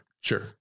Sure